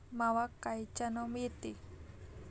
मावा कायच्यानं येते?